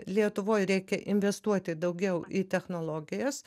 lietuvoj reikia investuoti daugiau į technologijas